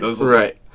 Right